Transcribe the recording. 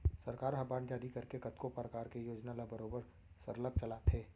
सरकार ह बांड जारी करके कतको परकार के योजना ल बरोबर सरलग चलाथे